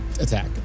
attack